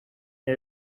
new